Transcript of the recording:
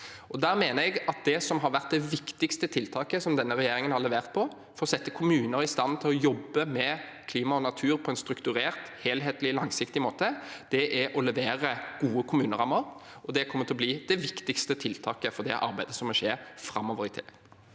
Da mener jeg at det viktigste tiltaket denne regjeringen har levert for å sette kommuner i stand til å jobbe med klima og natur på en strukturert, helhetlig og langsiktig måte, er gode kommunerammer. Det kommer til å bli det viktigste tiltaket for det arbeidet som må skje framover i tid.